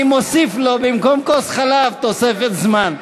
אני מוסיף לו במקום כוס חלב תוספת זמן.